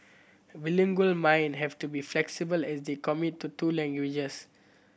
bilingual mind have to be flexible as they commit to two languages